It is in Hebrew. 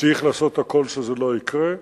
צריך לעשות הכול שזה לא יקרה,